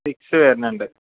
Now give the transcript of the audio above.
six വരുന്നുണ്ട്